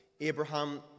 Abraham